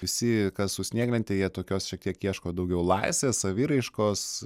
visi kas su snieglente jie tokios šiek tiek ieško daugiau laisvės saviraiškos